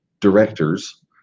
directors